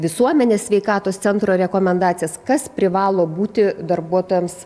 visuomenės sveikatos centro rekomendacijas kas privalo būti darbuotojams